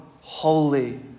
holy